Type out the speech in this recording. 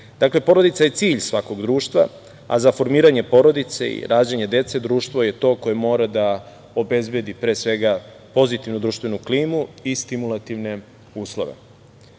Dakle, porodica je cilj svakog društva, a za formiranje porodice i rađanje dece društvo je to koje mora da obezbedi pozitivnu društvenu klimu i stimulativne uslove. Ovde